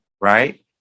right